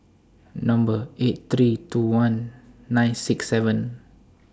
Number eight three two one nine six seven